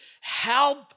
Help